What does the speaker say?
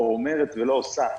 או אומרת ולא עושה,